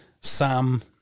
Sam